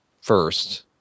first